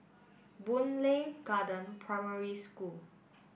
Boon Lay Garden Primary School